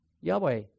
Yahweh